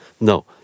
No